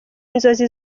inzozi